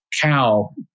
cow